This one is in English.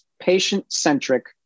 patient-centric